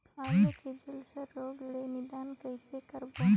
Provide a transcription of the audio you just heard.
आलू के झुलसा रोग ले निदान कइसे करबो?